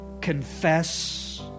confess